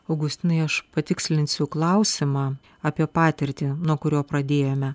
augustinai aš patikslinsiu klausimą apie patirtį nuo kurio pradėjome